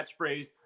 catchphrase